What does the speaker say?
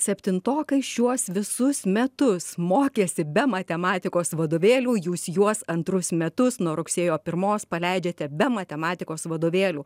septintokai šiuos visus metus mokėsi be matematikos vadovėlių jūs juos antrus metus nuo rugsėjo pirmos paleidžiate be matematikos vadovėlių